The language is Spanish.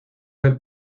del